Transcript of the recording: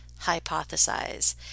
hypothesize